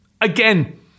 again